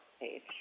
page